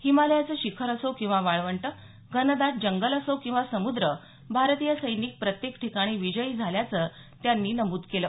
हिमालयाचं शिखर असो किंवा वाळवंट घनदाट जंगल असो किंवा समुद्र भारतीय सैनिक प्रत्येक ठिकाणी विजयी झाल्याचं त्यांनी नमूद केलं